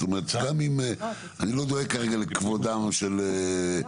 זאת אומרת, אני לא דואג כרגע לכבודם של אדריכלים.